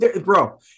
bro